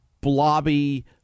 blobby